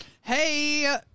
Hey